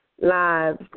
lives